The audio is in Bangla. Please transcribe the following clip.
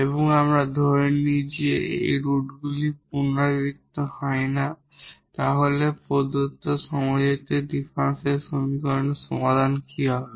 এবং আমরা ধরে নিই যে এই রুটগুলি রিপিটেড হয় না তাহলে প্রদত্ত হোমোজিনিয়াস ডিফারেনশিয়াল সমীকরণের সমাধান কী হবে